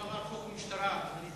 16 חברי כנסת בעד, אפס מתנגדים, אפס